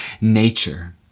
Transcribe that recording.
nature